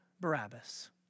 Barabbas